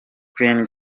queen